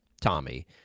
Tommy